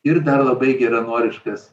ir dar labai geranoriškas